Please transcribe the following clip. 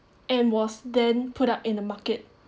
and was then put up in the market